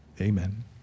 amen